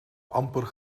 amper